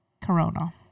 Corona